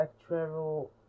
actual